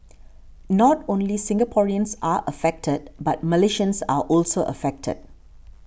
not only Singaporeans are affected but Malaysians are also affected